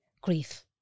Grief